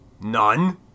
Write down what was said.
None